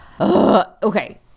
Okay